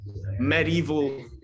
Medieval